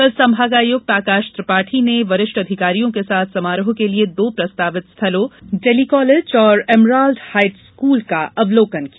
कल संभागायुक्त आकाश त्रिपाठी ने वरिष्ठ अधिकारियों के साथ समारोह के लिए दो प्रस्तावित स्थलों डेली कॉलेज और एमराल्ड हाइट्स स्कूल का अवलोकन किया